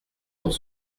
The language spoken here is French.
dans